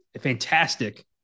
fantastic